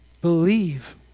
believe